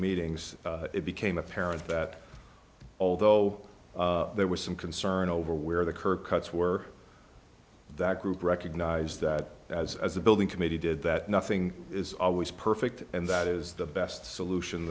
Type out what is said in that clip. meetings it became apparent that although there was some concern over where the curb cuts were that group recognized that as as the building committee did that nothing is always perfect and that is the best solution